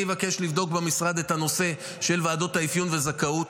אני אבקש לבדוק במשרד את הנושא של ועדות האפיון והזכאות.